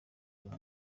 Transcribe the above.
uyu